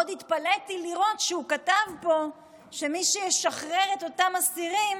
מאוד התפלאתי לראות שהוא כתב פה שמי שישחרר את אותם אסירים,